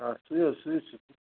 آ سُے حظ سُے